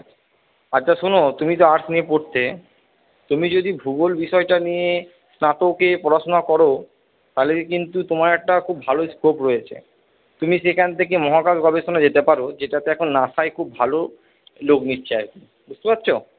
আচ্ছা শোনো তুমি তো আর্টস নিয়ে পড়তে তুমি যদি ভূগোল বিষয়টা নিয়ে স্নাতকে পড়াশুনা করো তাহলে কিন্তু তোমার একটা খুব ভালো স্কোপ রয়েছে তুমি সেখান থেকে মহাকাশ গবেষণায় যেতে পারো যেটাতে এখন নাসায় খুব ভালো লোক নিচ্ছে আর কি বুঝতে পারছো